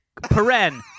paren